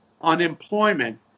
unemployment